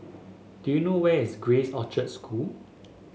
do you know where is Grace Orchard School